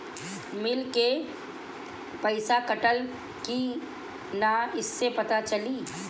Bill के पइसा कटल कि न कइसे पता चलि?